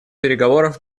переговоров